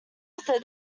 after